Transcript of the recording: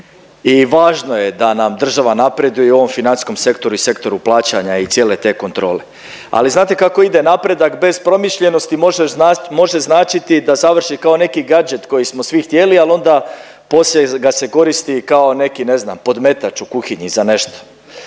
i važno je da nam država napreduje i u ovom financijskom sektoru i sektoru plaćanja i cijele te kontrole. Ali znate kako ide napredak bez promišljenosti može značiti da završi kao neki gadget koji smo svi htjeli ali onda poslije ga se koristi kao neki, ne znam podmetač u kuhinji za nešto.